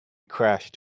crashed